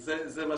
זה מה